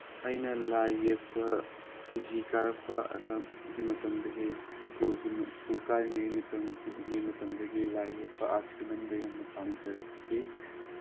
ꯑꯩꯅ ꯂꯥꯏ ꯌꯦꯛꯄ ꯀꯦꯖꯤ ꯀꯥꯔꯛꯄ ꯑꯗꯨꯋꯥꯏꯒꯤ ꯃꯇꯝꯗꯒꯤ ꯁ꯭ꯀꯨꯜ ꯀꯥꯔꯤꯉꯩ ꯃꯇꯝ ꯄꯤꯛꯂꯤꯉꯩ ꯃꯇꯝꯗꯒꯤ ꯂꯥꯏ ꯌꯦꯛꯄ ꯑꯥꯔꯠꯁꯀꯤ ꯂꯝꯗ ꯌꯥꯝꯅ ꯄꯥꯝꯖꯔꯛꯈꯤ